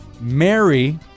Mary